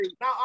Now